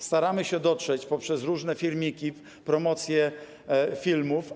Staramy się dotrzeć poprzez różne filmiki, promocję filmów.